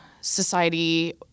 society